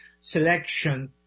selection